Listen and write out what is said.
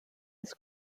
his